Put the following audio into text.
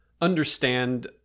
understand